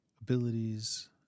abilities